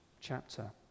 chapter